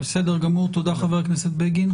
בסדר גמור, תודה, חבר הכנסת בגין.